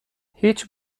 هیچ